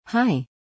Hi